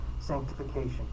sanctification